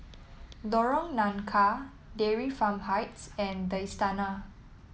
Lorong Nangka Dairy Farm Heights and the Istana